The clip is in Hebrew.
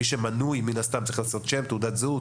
מי שמנוי צריך מן הסתם לשאת שם, תעודת זהות.